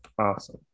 Awesome